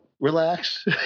Relax